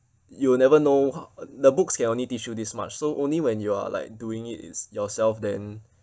you'll never know ho~ the books can only teach you this much so only when you are like doing it it's yourself then